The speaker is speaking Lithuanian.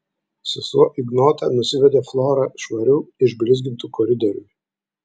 sesuo ignota nusivedė florą švariu išblizgintu koridoriumi